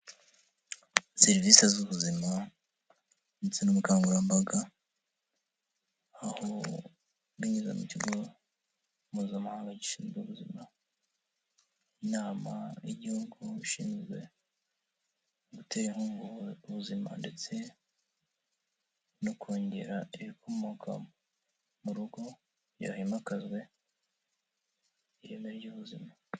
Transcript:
Serivisi z'ubuzima ndetse n'ubukangurambaga, aho binyuze mu kigo mpuzamahanga gishinzwe ubuzima, inama y'igihugu ishinzwe gutera inkunga ubuzima ndetse no kongera ibikomoka mu rugo, kugira himakazwa ireme ry'ubuzima.